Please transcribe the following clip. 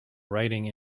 writing